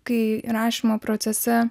kai rašymo procese